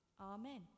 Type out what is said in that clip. amen